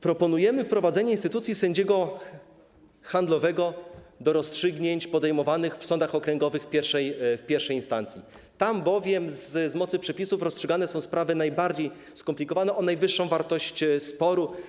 Proponujemy wprowadzenie instytucji sędziego handlowego do rozstrzygnięć podejmowanych w sądach okręgowych w pierwszej instancji, tam bowiem z mocy przepisów rozstrzygane są sprawy najbardziej skomplikowane ze względu na najwyższą wartość sporu.